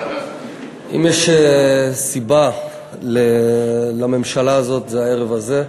אם יש סיבה לממשלה הזאת זה הערב הזה.